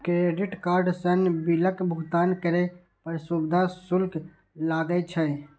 credit card सं बिलक भुगतान करै पर सुविधा शुल्क लागै छै